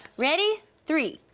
ready, three,